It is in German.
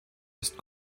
ist